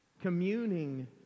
communing